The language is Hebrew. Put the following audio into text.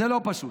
זה לא פשוט.